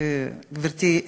גברתי,